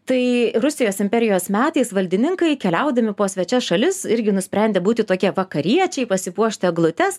tai rusijos imperijos metais valdininkai keliaudami po svečias šalis irgi nusprendė būti tokie vakariečiai pasipuošt eglutes